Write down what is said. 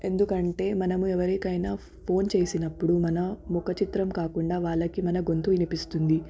ఎందుకంటే మనము ఎవరికయినా ఫోన్ చేసినప్పుడు మన ముఖ చిత్రం కాకుండా వాళ్ళకి మన గొంతు వినిపిస్తుంది